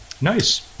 Nice